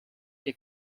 che